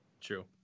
True